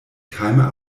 keime